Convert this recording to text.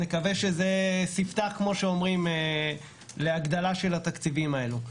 נקווה שזה ספתח להגדלת התקציבים האלה.